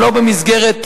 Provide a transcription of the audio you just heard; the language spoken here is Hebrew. שלא במסגרת,